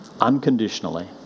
unconditionally